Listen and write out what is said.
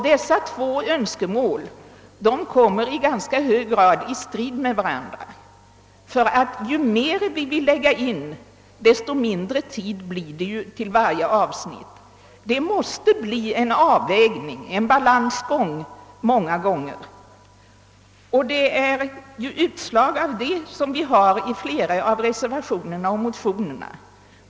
Dessa två önskemål kommer i ganska hög grad i strid mot varandra. Ju mer vi vill lägga in i undervisningen, desto mindre tid blir det för varje avsnitt. Det måste många gånger bli en avvägning, en balansgång. Detta avspeglar sig i flera av motionerna och reservationerna.